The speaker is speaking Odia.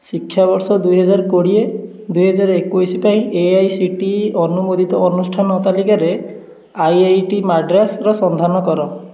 ଶିକ୍ଷାବର୍ଷ ଦୁଇ ହଜାର କୋଡ଼ିଏ ଦୁଇ ହଜାର ଏକୋଇଶ ପାଇଁ A I C T E ଅନୁମୋଦିତ ଅନୁଷ୍ଠାନ ତାଲିକାରେ ଆଇ ଆଇ ଟି ମାଡ୍ରାସ୍ର ସନ୍ଧାନ କର